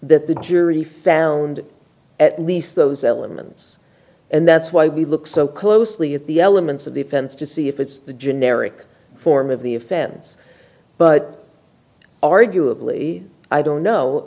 that the jury found at least those elements and that's why we look so closely at the elements of the offense to see if it's a generic form of the offense but arguably i don't know